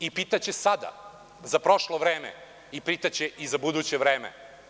I pitaće sada za prošlo vreme i pitaće i za buduće vreme.